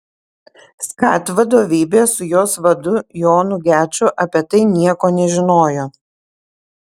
skat vadovybė su jos vadu jonu geču apie tai nieko nežinojo